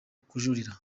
kujurira